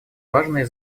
важное